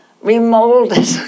remolded